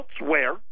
elsewhere